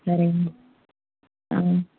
சரிங்கமா ஆ